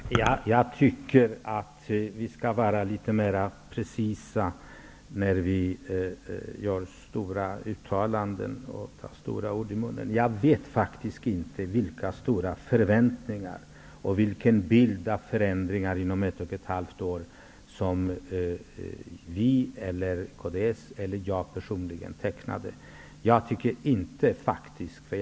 Herr talman! Jag tycker att vi skall vara litet mer precisa när vi tar stora ord i vår mun. Jag vet faktiskt inte vilka stora förväntningar och vilken bild av stora förändringar som vi, mitt parti eller jag personligen, stod för.